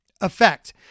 effect